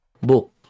book